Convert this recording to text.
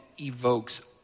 evokes